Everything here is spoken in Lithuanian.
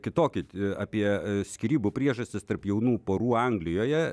kitokį apie skyrybų priežastis tarp jaunų porų anglijoje